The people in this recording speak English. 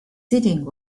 sitting